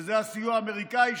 שזה הסיוע האמריקאי,